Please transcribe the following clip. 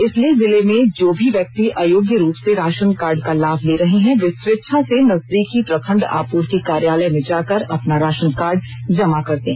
इसलिए जिले में जो भी व्यक्ति अयोग्य रूप से राशन कार्ड का लाभ ले रहे हैं वे स्वेच्छा से नजदीकी प्रखंड आपूर्ति कार्यालय में जाकर अपना राशन कार्ड जमा कर दें